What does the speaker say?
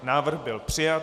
Návrh byl přijat.